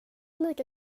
lika